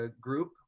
group